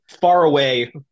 faraway